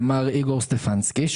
למר איגור סטפנסקי,